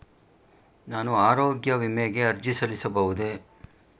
ನಾನು ಆರೋಗ್ಯ ವಿಮೆಗೆ ಅರ್ಜಿ ಸಲ್ಲಿಸಬಹುದೇ?